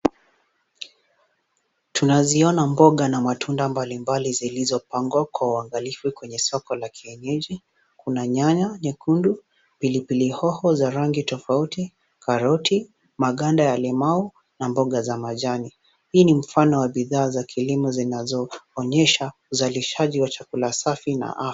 Tunaziona mboga na matunda mbalimbali zilizopangwa kwa uangalifu kwenye soko la kienyeji. Kuna nyanya nyekundu, pilipili hoho za rangi tofauti, karoti, maganda ya limau na mboga za majani. Hii ni mfano wa bidhaa za kilimo zinazoonyesha uzalishaji wa chakula safi na...